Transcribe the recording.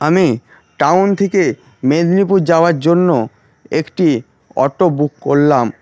আমি টাউন থেকে মেদিনীপুর যাওয়ার জন্য একটি অটো বুক করলাম